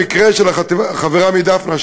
המקרה של החברה מדפנה,